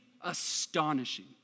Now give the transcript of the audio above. astonishing